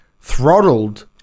throttled